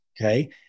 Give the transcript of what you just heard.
Okay